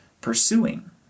pursuing